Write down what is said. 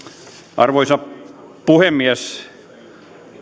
arvoisa puhemies